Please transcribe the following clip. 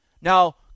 now